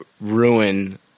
ruin